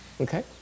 okay